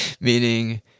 meaning